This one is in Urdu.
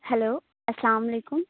ہیلو السّلام علیکم